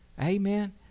Amen